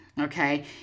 Okay